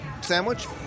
sandwich